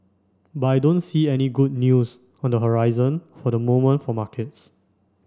but I don't see any good news on the horizon for the moment for markets